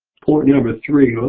point number three.